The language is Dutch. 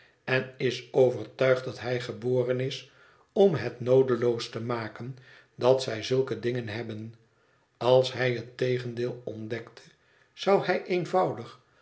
en is overtuigd dat hij geboren is om het noodeloos te maken dat zij zulke dingen hebben als hij het tegendeel ontdekte zou hij eenvoudig